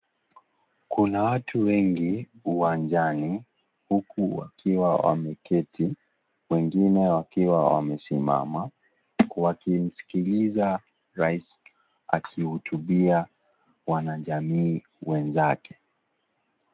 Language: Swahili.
Kuna watu wengi uwanja, huku wakiwa wameketi, wengine wakiwa wamesimama, wakimsikiliza raisi akihutubia wanajamii wenzake.